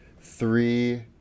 three